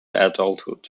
adulthood